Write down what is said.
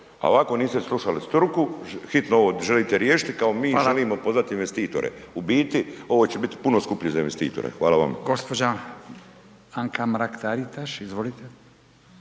ovako niste slušali struku, hitno ovo želite riješiti, kao mi…/Upadica: Hvala/…želimo pozvat investitore. U biti ovo će biti puno skuplje za investitore. Hvala vam.